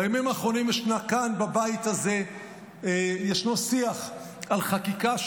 בימים האחרונים ישנו כאן בבית הזה שיח על חקיקה,